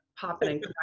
popping